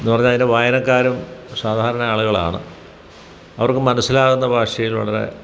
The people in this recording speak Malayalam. എന്നു പറഞ്ഞാല് അതിൻ്റെ വായനക്കാരും സാധാരണ ആളുകളാണ് അവർക്ക് മനസ്സിലാകുന്ന ഭാഷയിൽ വളരെ